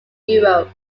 europe